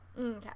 Okay